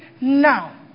now